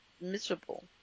miserable